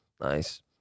nice